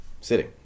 Sitting